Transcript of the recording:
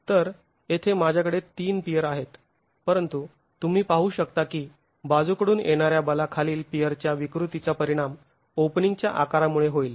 तर येथे माझ्याकडे ३ पियर आहेत परंतु तुम्ही पाहू शकता की बाजूकडून येणाऱ्या बलाखालील पियर च्या विकृतीचा परिणाम ओपनिंग च्या आकारामुळे होईल